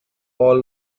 all